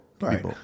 Right